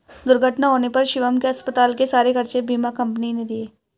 दुर्घटना होने पर शिवम के अस्पताल के सारे खर्चे बीमा कंपनी ने दिए